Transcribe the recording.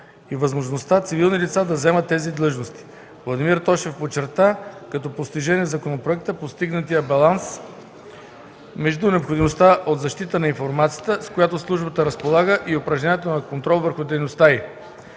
и възможността цивилни лица да заемат тези длъжности. Владимир Тошев подчерта като постижение в законопроекта постигнатия баланс между необходимостта от защита на информацията, с която службата разполага и упражняването на контрол върху дейността й.